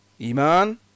Iman